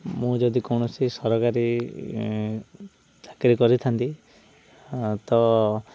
ମୁଁ ଯଦି କୌଣସି ସରକାରୀ ଚାକିରୀ କରିଥାନ୍ତି ତ